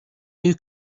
who